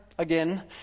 again